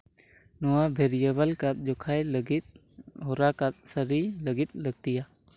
ᱱᱚᱣᱟ ᱵᱷᱮᱨᱤᱭᱮᱵᱮᱞ ᱠᱟᱵᱽ ᱡᱚᱠᱷᱚᱡ ᱞᱟᱹᱜᱤᱫ ᱦᱚᱨᱟ ᱠᱟᱫ ᱥᱟᱰᱮ ᱞᱟᱹᱜᱤᱫ ᱞᱟᱹᱠᱛᱤᱭᱟ